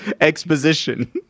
exposition